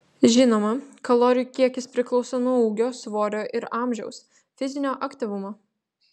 žinoma kalorijų kiekis priklauso nuo ūgio svorio ir amžiaus fizinio aktyvumo